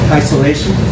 isolation